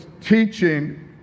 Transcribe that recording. teaching